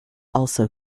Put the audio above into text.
also